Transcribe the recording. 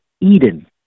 Eden